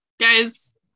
Guys